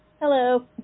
Hello